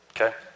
okay